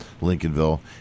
Lincolnville